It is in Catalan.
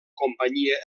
companyia